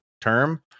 term